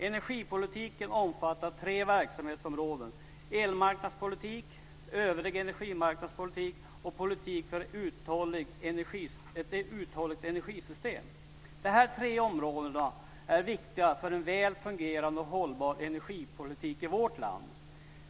Energipolitiken omfattar tre verksamhetsområden, nämligen elmarknadspolitik, övrig energimarknadspolitik och politik för ett uthålligt energisystem. Dessa tre områden är viktiga för en väl fungerande och hållbar energipolitik i vårt land.